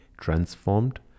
transformed